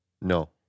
No